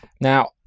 Now